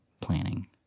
planning